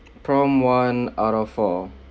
prompt one out of four